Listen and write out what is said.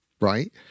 right